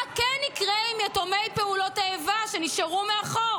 מה כן יקרה עם יתומי פעולות האיבה שנשארו מאחור?